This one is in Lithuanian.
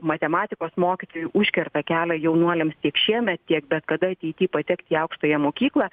matematikos mokytojai užkerta kelią jaunuoliams tiek šiemet tiek bet kada ateity patekti į aukštąją mokyklą